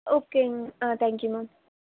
ஓகேங்க மேம் ஆ thank you ma'am